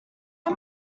how